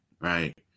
right